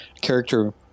character